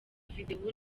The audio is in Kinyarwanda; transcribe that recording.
video